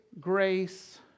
grace